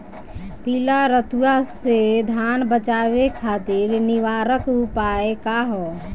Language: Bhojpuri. पीला रतुआ से धान बचावे खातिर निवारक उपाय का ह?